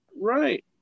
Right